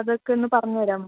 അതൊക്കെ ഒന്നു പറഞ്ഞുതരാമോ